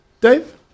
Dave